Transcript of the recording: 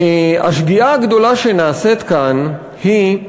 השגיאה הגדולה שנעשית כאן היא,